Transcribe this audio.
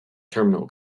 terminal